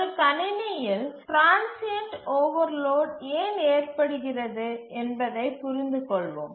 ஒரு கணினியில் transient overload ஏன் ஏற்படுகிறது என்பதைப் புரிந்துகொள்வோம்